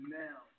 now